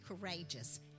courageous